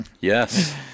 Yes